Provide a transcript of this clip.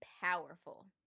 powerful